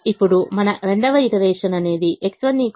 ఇప్పుడు మా 2 వ ఈటరేషన్ అనేది X1 6 X1 6 u1 3